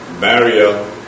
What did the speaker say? barrier